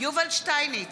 יובל שטייניץ,